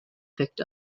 picked